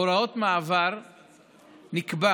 בהוראות מעבר נקבע